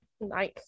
Nice